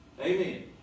Amen